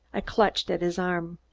i clutched at his arm.